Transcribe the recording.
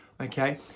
okay